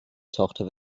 tochter